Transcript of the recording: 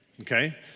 okay